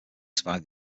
survive